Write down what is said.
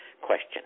question